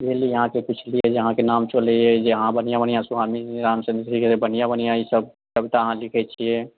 एहिले अहाँकेँ पूछलियै जे अहाँकेँ नाम चलैया जे अहाँ बढ़िआँ बढ़िआँ स्वामी रामचंद्र जीके बढ़िआँ बढ़िआँ ई सभ कविता अहाँ लिखैत छियै